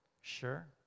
Sure